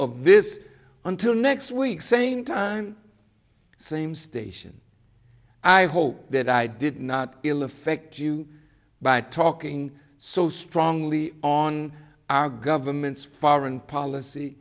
of this until next week same time same station i hope that i did not ill effect you by talking so strongly on our government's foreign policy